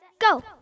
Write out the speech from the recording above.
go